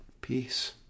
peace